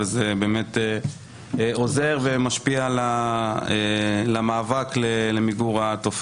וזה באמת עוזר ומשפיע על המאבק למיגור התופעה.